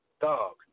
dog